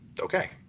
okay